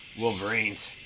Wolverines